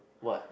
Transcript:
what